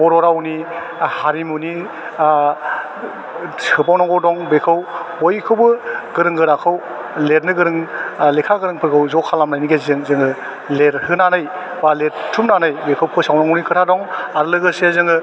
बर' रावनि हारिमुनि सोबावनांगौ दं बेखौ बयखौबो गोरों गोराखौ लिरनो गोरों लेखा गोरोंफोरखौ ज' खालामनायनि गेजेरजों जोङो लिरहोनानै बा लिरथुमनानै बेखौ फोसावनांगौनि खोथा दं आरो लोगोसे जोङो